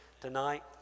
tonight